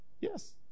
Yes